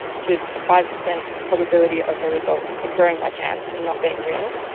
which is a five percent probability of a result occurring by chance and not being real.